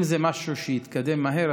אם זה משהו שיתקדם מהר,